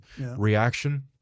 reaction